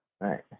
Right